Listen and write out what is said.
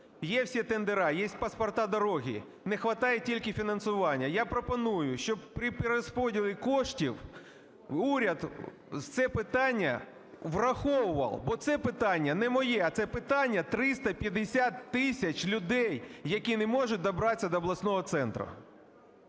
Є всі тендера. Є паспорта дороги. Не хватає тільки фінансування. Я пропоную, щоб при перерозподілі коштів уряд це питання враховував, бо це питання не моє, а це питання 350 тисяч людей, які не можуть добратися до обласного центру.